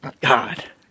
God